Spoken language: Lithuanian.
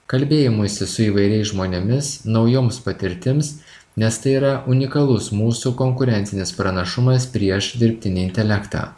kalbėjimuisi su įvairiais žmonėmis naujoms patirtims nes tai yra unikalus mūsų konkurencinis pranašumas prieš dirbtinį intelektą